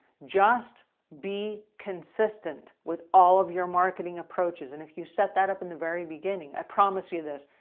just be consistent with all of your marketing approaches. and if you set that up in the very beginning, i promise you this,